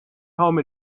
home